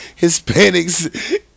Hispanics